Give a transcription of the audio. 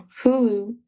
Hulu